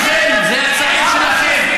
זה הבן שלכם, זה הצעיר שלכם.